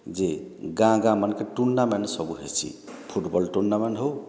ଯେ ଗାଁ ଗାଁ ମାନକେ ଟୁର୍ନାମେଣ୍ଟ୍ ସବୁ ହେସି ଫୁଟବଲ୍ ଟୁର୍ନାମେଣ୍ଟ୍ ହଉ